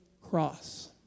cross